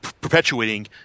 perpetuating